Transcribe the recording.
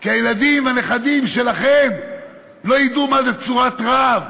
כי הילדים והנכדים שלכם לא ידעו מה זה צורת רב,